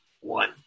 one